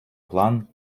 план